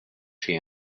she